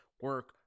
Work